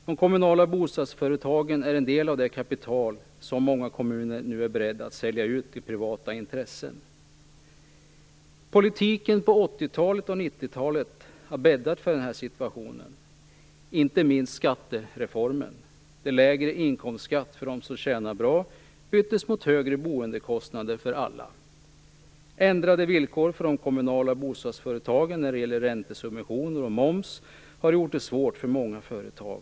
De kommunala bostadsföretagen är en del av det kapital som många kommuner nu är beredda att sälja ut till privata intressen. Politiken på 80-talet och 90-talet har bäddat för den här situationen. Det gäller inte minst skattereformen som innebar att lägre inkomstskatt för dem som tjänar bra byttes mot högre boendekostnader för alla. Ändrade villkor för de kommunala bostadsföretagen när det gäller räntesubventioner och moms har gjort det svårt för många företag.